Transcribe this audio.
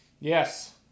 yes